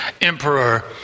emperor